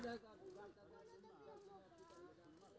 खाता में के.वाई.सी होना जरूरी छै?